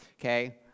okay